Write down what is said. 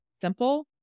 simple